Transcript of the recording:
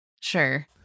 Sure